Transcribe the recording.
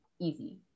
easy